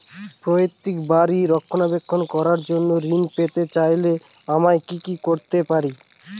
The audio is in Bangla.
পৈত্রিক বাড়ির রক্ষণাবেক্ষণ করার জন্য ঋণ পেতে চাইলে আমায় কি কী করতে পারি?